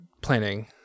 planning